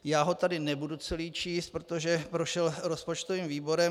Já ho tady nebudu celý číst, protože prošel rozpočtovým výborem.